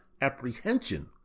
apprehension